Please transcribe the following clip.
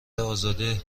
ازاده